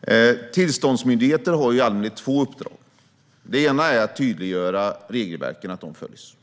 Fru talman! Tillståndsmyndigheter har i allmänhet två uppdrag. Det ena är att tydliggöra regelverken så att de följs.